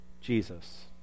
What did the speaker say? Jesus